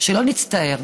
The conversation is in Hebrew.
שלא נצטער,